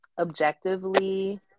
objectively